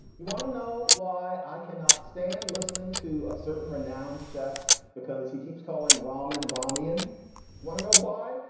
you want to know why i cannot stand listening to a certain renowned chef because he keeps calling rahman rahmi and want to know why.